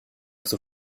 zur